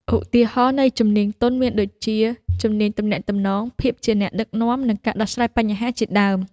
ឧទាហរណ៍នៃជំនាញទន់មានដូចជា ជំនាញទំនាក់ទំនង ភាពជាអ្នកដឹកនាំ និងការដោះស្រាយបញ្ហាជាដើម។